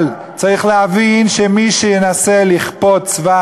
אבל צריך להבין שמי שינסה לכפות "צבא